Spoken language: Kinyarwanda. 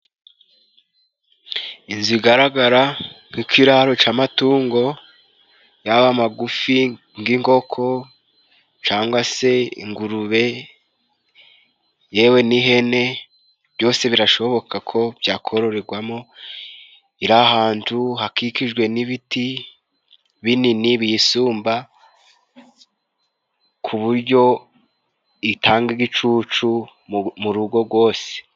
Inzu igaragara nk'ikiraro c'amatungo yaba amagufi ng'ingoko cangwa se ingurube yewe n'ihene byose birashoboka ko byakororwamo. Iri ahantu hakikijwe n'ibiti binini biyisumba, ku buryo bitanga igicucu mu rugo gwose.